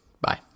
Bye